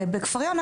בכפר יונה,